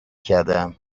کردم